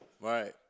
Right